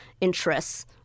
interests